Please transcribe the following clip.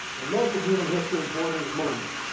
in most of human history, borders move.